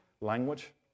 language